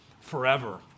forever